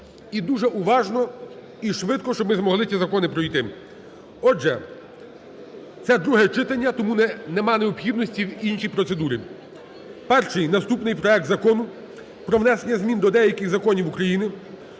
і дуже уважно і швидко щоб ми змогли ці закони пройти. Отже, це друге читання, тому нема необхідності в іншій процедурі. Перший. Наступний проект Закону про внесення змін до деяких законів України